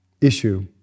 issue